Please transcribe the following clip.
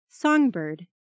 Songbird